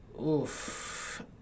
Oof